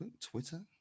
Twitter